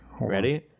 ready